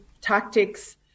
tactics